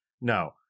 No